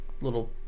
little